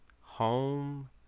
home